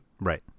Right